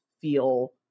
feel